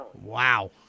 Wow